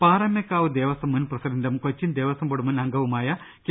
പാറമേക്കാവ് ദേവസ്വം മുൻ പ്രസിഡന്റും കൊച്ചിൻ ദേവസ്വം ബോർഡ് മുൻ അംഗവുമായ കെ